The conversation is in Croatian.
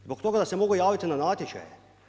Zbog toga da se mogu javiti na natječaje?